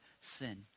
sin